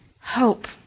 Hope